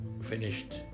finished